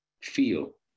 feel